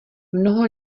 mnoho